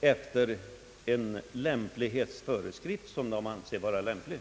efter de linjer som de anser lämpliga.